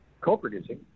co-producing